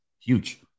huge